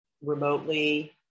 remotely